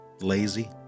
lazy